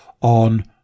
on